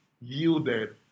yielded